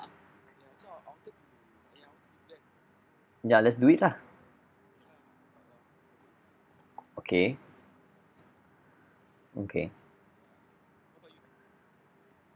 ya let's do it lah okay okay